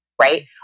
right